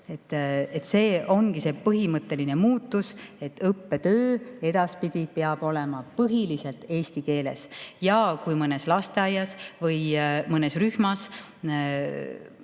See ongi see põhimõtteline muutus, et õppetöö edaspidi peab olema põhiliselt eesti keeles. Kui mõnes lasteaias või mõnes rühmas